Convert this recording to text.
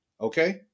Okay